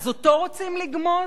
אז אותו רוצים לגמוז?